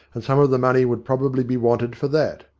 and some of the money would probably be wanted for that.